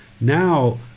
now